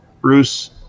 Bruce